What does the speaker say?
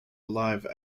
alive